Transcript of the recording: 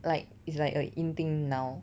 like it's like a in thing now